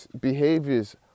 behaviors